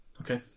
okay